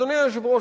אדוני היושב-ראש,